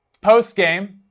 Post-game